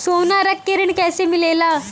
सोना रख के ऋण कैसे मिलेला?